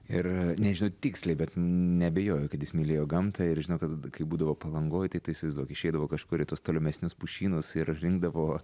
ir nežinau tiksliai bet neabejoju kad jis mylėjo gamtą ir žino kad kai būdavo palangoj tai tu įsivaizduok išeidavo kažkur į tuos tolimesnius pušynus ir rinkdavo